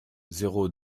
zéro